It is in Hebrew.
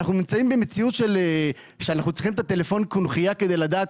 אנחנו נמצאים במציאות שאנחנו צריכים את טלפון הקונכייה כדי לדעת,